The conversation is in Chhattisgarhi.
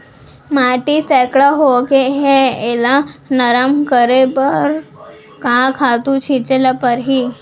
माटी सैकड़ा होगे है एला नरम करे बर का खातू छिंचे ल परहि?